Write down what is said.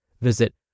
Visit